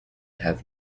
have